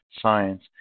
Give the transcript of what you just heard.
science